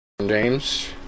James